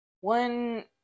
one